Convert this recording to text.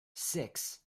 six